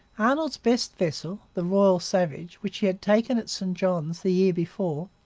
arnold's best vessel, the royal savage, which he had taken at st johns the year before,